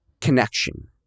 connection